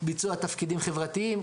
ביצוע תפקידים חברתיים,